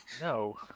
No